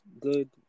good